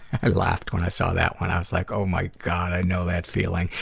i laughed when i saw that one. i was like, oh my god, i know that feeling.